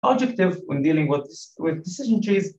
משימה כשמתמודדים עם עצי החלטה